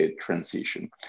transition